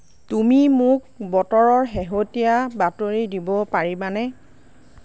তুমি মোক বতৰৰ শেহতীয়া বাতৰি দিব পাৰিবানে